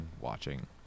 watching